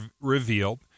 revealed